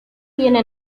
tiene